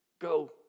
go